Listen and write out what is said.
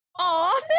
Aw